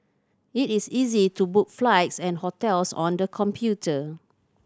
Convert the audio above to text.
it is easy to book flights and hotels on the computer